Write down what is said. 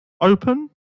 open